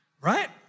Right